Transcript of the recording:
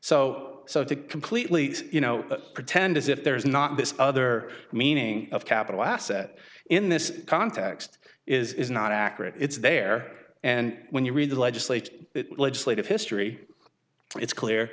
a completely you know pretend as if there is not this other meaning of capital asset in this context is not accurate it's there and when you read the legislation legislative history it's clear